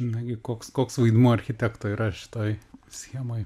nagi koks koks vaidmuo architekto yra šitoj schemoj